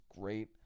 great